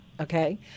Okay